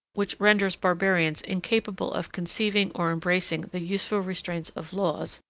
which renders barbarians incapable of conceiving or embracing the useful restraints of laws,